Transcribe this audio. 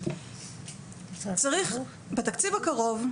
צריך בתקציב הקרוב,